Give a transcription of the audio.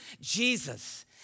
Jesus